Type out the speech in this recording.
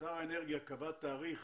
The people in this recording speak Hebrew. שר האנרגיה קבע תאריך